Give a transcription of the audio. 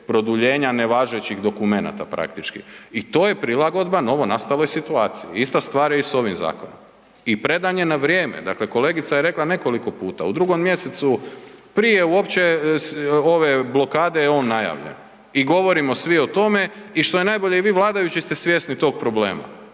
produljenja nevažećih dokumenata praktički. I to je prilagodba novonastaloj situaciji. Ista stvar je i s ovim zakonom i predan je na vrijeme. Dakle, kolegica je rekla nekoliko puta, u drugom mjesecu prije uopće ove blokade je on najavljen i govorimo svi o tome i što je najbolje i vi vladajući ste svjesni tog problema,